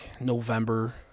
November